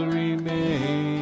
remain